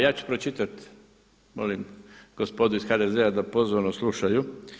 Ja ću pročitati molim gospodu iz HDZ-a da pozorno slušaju.